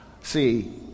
See